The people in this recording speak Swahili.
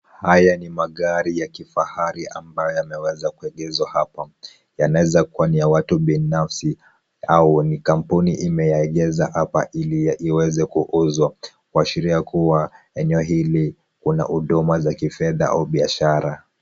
Haya ni magari ya kifahari ambayo yameweza kuegezwa hapa. Yanaweza kuwa ni ya watu binafsi au ni kampuni imeyaegeza hapa ili iweze kuuzwa, kuashiria kuwa eneo hili kuna huduma za kifedha au biashara.